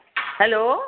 hello